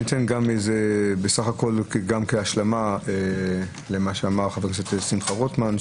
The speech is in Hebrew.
גם כהשלמה למה שאמר חבר הכנסת שמחה רוטמן,